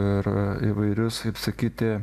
ir įvairius kaip sakyti